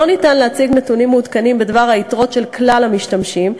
לא ניתן להציג נתונים מעודכנים בדבר היתרות של כלל המשתמשים,